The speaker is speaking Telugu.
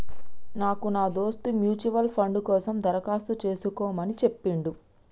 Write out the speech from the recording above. నాకు నా దోస్త్ మ్యూచువల్ ఫండ్ కోసం దరఖాస్తు చేసుకోమని చెప్పిండు